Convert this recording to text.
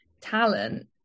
talent